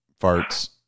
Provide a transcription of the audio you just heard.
farts